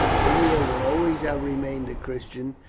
ennia would always have remained a christian,